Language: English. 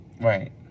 Right